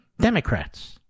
Democrats